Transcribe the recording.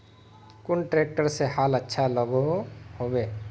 कुन ट्रैक्टर से हाल अच्छा लागोहो होबे?